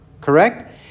Correct